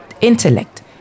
intellect